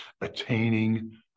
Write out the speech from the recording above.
attaining